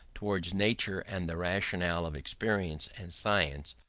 towards nature and the rationale of experience and science,